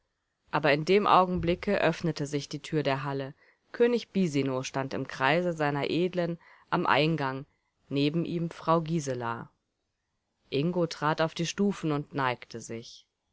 aber in dem augenblicke öffnete sich die tür der halle könig bisino stand im kreise seiner edlen am eingang neben ihm frau gisela ingo trat auf die stufen und neigte sich